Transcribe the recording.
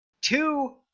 two